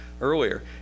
earlier